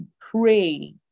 pray